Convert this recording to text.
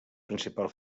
principal